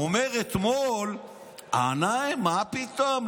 אומר אתמול: מה פתאום,